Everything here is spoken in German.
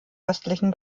östlichen